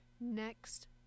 next